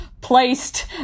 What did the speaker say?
placed